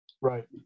right